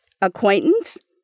Acquaintance